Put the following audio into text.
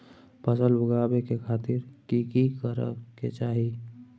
फसल उगाबै के खातिर की की करै के चाही?